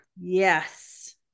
Yes